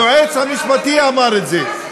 היועץ המשפטי אמר את זה.